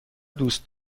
دوست